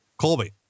Colby